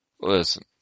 listen